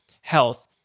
health